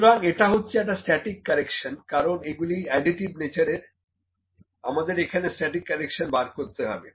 সুতরাং এটা হচ্ছে একটা স্ট্যাটিক কারেকশন কারণ এগুলি অ্যাডিটিভ নেচারের আমাদের এখানে স্ট্যাটিক কারেকশন বার করতে হবে